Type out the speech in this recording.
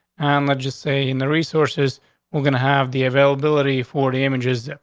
and let's just say in the resources we're going to have the availability for the images.